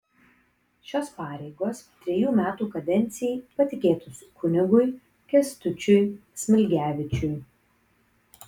šios pareigos trejų metų kadencijai patikėtos kunigui kęstučiui smilgevičiui